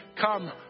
come